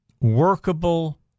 workable